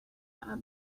bad